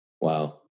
wow